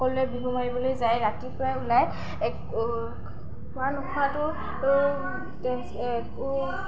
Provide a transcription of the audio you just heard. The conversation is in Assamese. সকলোৱে বিহু মাৰিবলৈ যায় ৰাতিপুৱাই ওলাই খোৱা নোখোৱাটো একো